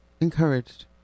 encouraged